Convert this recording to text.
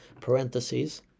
parentheses